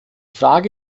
frage